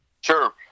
Sure